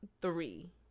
three